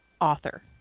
author